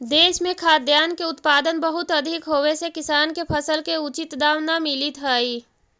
देश में खाद्यान्न के उत्पादन बहुत अधिक होवे से किसान के फसल के उचित दाम न मिलित हइ